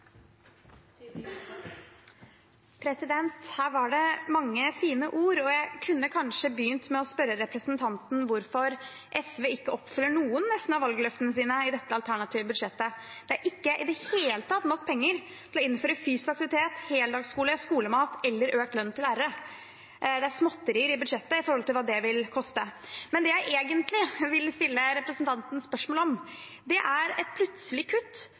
jeg kunne kanskje begynt med å spørre representanten hvorfor SV ikke oppfyller nesten noen av valgløftene sine i sitt alternative budsjett. Det er i det hele tatt ikke nok penger til å innføre fysisk aktivitet, heldagsskole, skolemat eller økt lønn til lærere. Det er småtterier i budsjettet i forhold til hva det vil koste. Det jeg egentlig ville stille representanten spørsmål om, er et plutselig kutt